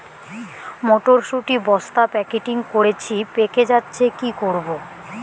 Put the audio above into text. মটর শুটি বস্তা প্যাকেটিং করেছি পেকে যাচ্ছে কি করব?